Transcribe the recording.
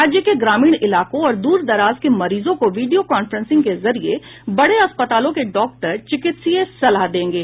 राज्य के ग्रामीण इलाकों और दूरदराज के मरीजों को वीडियो कॉफ्रेंसिंग के जरिये बड़े अस्पतालों के डाक्टर चिकित्सीय सलाह देंगे